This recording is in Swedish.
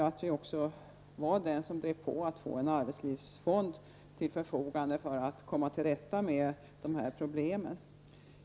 Vi var också de som drev på för att få en arbetslivsfond till förfogande för att komma till rätta med de här problemen.